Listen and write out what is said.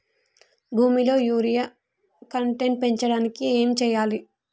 భూమిలో urea content పెంచడానికి ఏం చేయాలి?